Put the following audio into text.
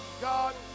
God